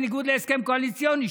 בניגוד להסכם קואליציוני,